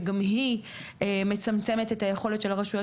שגם היא מצמצמת את היכולת של הרשויות